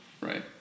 right